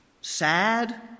sad